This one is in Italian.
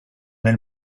nel